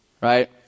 right